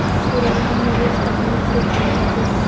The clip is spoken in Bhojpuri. पुरनका निवेस तकनीक से कम लगे